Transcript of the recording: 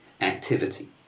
activity